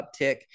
uptick